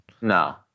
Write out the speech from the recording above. No